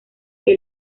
que